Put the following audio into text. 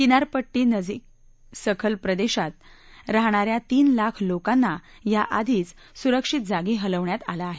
किना यानजीक सखल प्रदेशात रहाणा या तीन लाख लोकांना या आधीच सुरक्षित जागी हलवण्यात आलं आहे